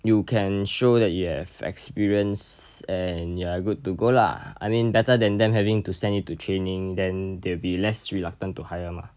you can show that you have experience and you're good to go lah I mean better than them having to send you to training then they'll be less reluctant to hire mah